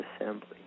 assembly